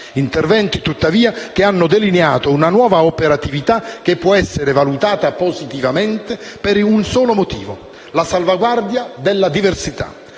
interventi che hanno delineato una nuova operatività, che può essere valutata positivamente per un solo motivo: la salvaguardia della diversità,